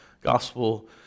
gospel